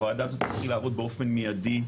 הוועדה הזאת תתחיל לעבוד באופן מידי,